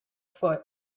foot